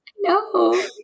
No